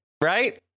right